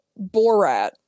Borat